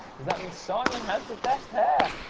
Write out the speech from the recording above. does that mean simon has the best hair?